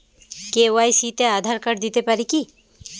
KYC তে Aadhaar card দিতে পারি কি?